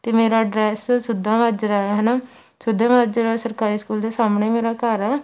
ਅਤੇ ਮੇਰਾ ਐਡਰੈਸ ਸੇਧਾ ਮਾਜਰਾ ਹੈ ਹੈ ਨਾ ਸੇਧਾ ਮਾਜਰਾ ਸਰਕਾਰੀ ਸਕੂਲ ਦੇ ਸਾਹਮਣੇ ਮੇਰਾ ਘਰ ਹੈ